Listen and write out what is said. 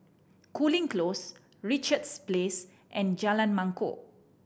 Cooling Close Richards Place and Jalan Mangkok